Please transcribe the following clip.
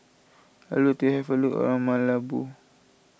I would like to have a look around Malabo